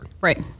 Right